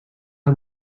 amb